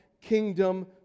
kingdom